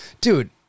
Dude